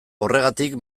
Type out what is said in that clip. horregatik